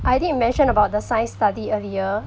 I did mention about the science study earlier